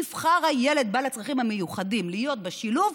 יבחר הילד בעל הצרכים המיוחדים להיות בשילוב,